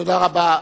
תודה רבה.